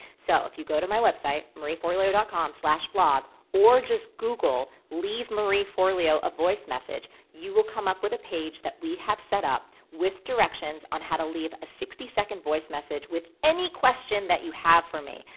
so if you go to my website, marieforleo dot com slash blog or just google leave marie forleo a voice message, you will come up with a page that we have set up with directions on how to leave a sixty second voice message with any question that you have for me.